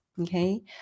okay